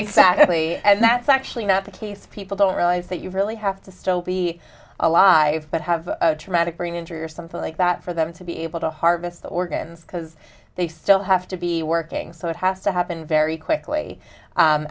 exactly and that's actually not the case people don't realize that you really have to still be alive but have a traumatic brain injury or something like that for them to be able to harvest the organs because they still have to be working so it has to happen very quickly